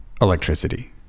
electricity